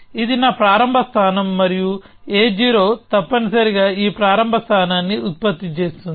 ఇది నా ప్రారంభ స్థానం మరియు a0 తప్పనిసరిగా ఈ ప్రారంభ స్థానాన్ని ఉత్పత్తి చేస్తుంది